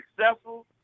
successful